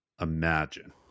imagine